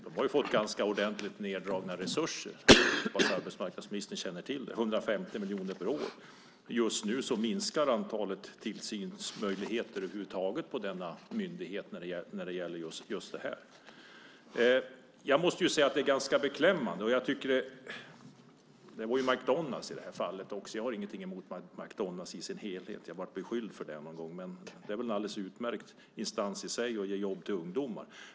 De har fått ganska ordentligt neddragna resurser. Jag hoppas att arbetsmarknadsministern känner till det - 150 miljoner per år. Just nu minskar antalet tillsynsmöjligheter över huvud taget på denna myndighet. Jag tycker att det är ganska beklämmande. Det var McDonalds i det här fallet. Jag har ingenting emot McDonalds. Jag blev beskylld för det någon gång. Det är väl en alldeles utmärkt inrättning i sig som ger jobb till ungdomar.